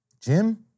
Jim